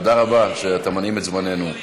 תודה רבה שאתה מנעים את זמננו.